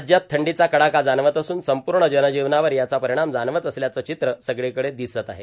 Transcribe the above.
राज्यात थंडीचा कडाका जाणवत असून संपूर्ण जनजीवनावर याचा परिणाम जाणवत असल्याचं चित्र सगळीकडे दिसत आहे